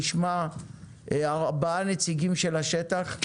נשמע ארבעה נציגים של השטח,